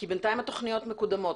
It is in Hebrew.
בינתיים התכניות מקודמות.